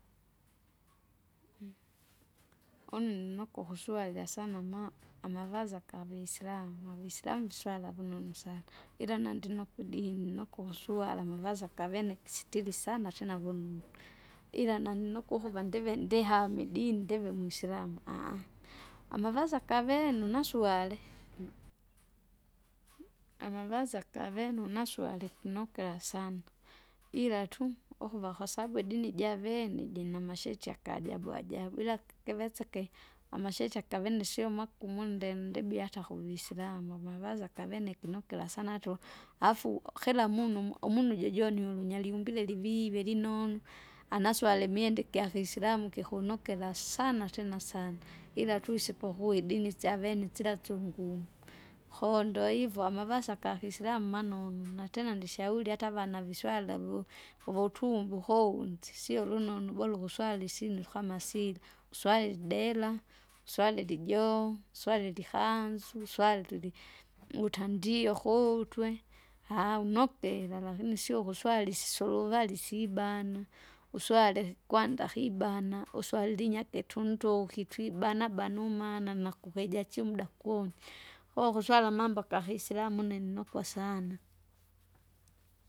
Une nukuhuswari asana ama- amavazi akavisilamu, mavisilamu swala vunonu sana, ila nandinokudini nokuswala amavazi akavene kisitili sana tena vononu, ila nani nokuhuva ndive ndihami idini ndive muislamu ahaha! amavazi akavene nasuale. Amavazi akavene unaswale vinokera sana, ila tu! ukuva kwasabu idini javene jinamashariti akajabu ajabu ila ki- kiveseke, amashariti akavene sio magumu undendebia hata kuvisilamu amavazi akavene kinokira sana tu! afu kira munu um- umunu jojoni ulunyari umbile livivi linonu, anaswale imwenda igyakisilamu kikunokera sana tena sana ila tuise pokuidini syavene sila syungumu, koo ndoivo amavazi akakisilamu manonu natena ndishauri hata avana viswale vu- vutumbu kounzi sio lunonu bora ukuswari sinu kama sila, kuswali lidera, kuswari lijoho, kuswari likanzu, uswari lili, utandio kuutwe aaha! unokira lakini sio ukuswari isisuluvari siibana. Uswarili kwanda kibana, uswarili inyake tuntuki twibana bana umana nakukija chumda kune, koo kuswala amabo akahisilamu une ninokwa sana.